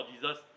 Jesus